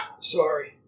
sorry